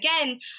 again